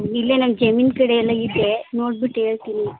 ಇಲ್ಲೇ ನಮ್ಮ ಜಮೀನು ಕಡೆಯೆಲ್ಲ ಇದೆ ನೋಡ್ಬಿಟ್ಟು ಹೇಳ್ತೀನಿ